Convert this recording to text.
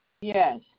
Yes